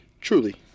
Truly